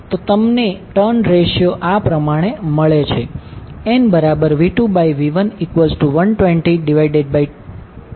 તો તમને turn ratio આ પ્રમાણે મળે છે nV2V112024000